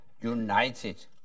united